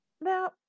Now